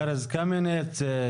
ארז קמיניץ,